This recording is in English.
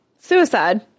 Suicide